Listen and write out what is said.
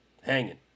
hanging